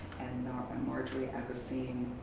and marjory epstein.